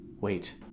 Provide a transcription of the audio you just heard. wait